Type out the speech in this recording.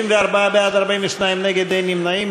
34 בעד, 42 נגד, אין נמנעים.